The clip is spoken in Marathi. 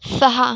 सहा